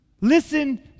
Listen